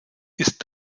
ist